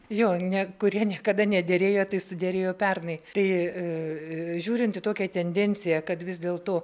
jo nekurie niekada nederėjo tai suderėjo pernai tai žiūrint tokią tendenciją kad vis dėl to